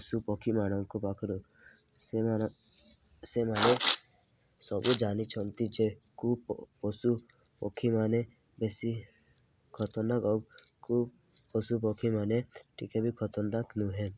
ପଶୁ ପକ୍ଷୀମାନଙ୍କ ପାଖରୁ ସେମାନେ ସେମାନେ ସବୁ ଜାଣିଛନ୍ତି ଯେ କୁ ପଶୁ ପକ୍ଷୀମାନେ ବେଶୀ ଖତରନାକ୍ ଆଉ କୁ ପଶୁ ପକ୍ଷୀମାନେ ଟିକେ ବି ଖତରନାକ୍ ନୁହେଁ